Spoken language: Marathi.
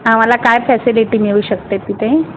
आम्हाला काय फॅसिलिटी मिळू शकते तिथे